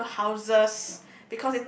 the local houses